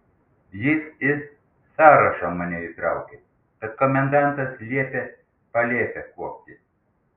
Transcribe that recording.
jis į sąrašą mane įtraukė bet komendantas liepė palėpę kuopti